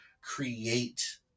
create